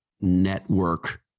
network